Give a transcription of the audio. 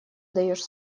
даешь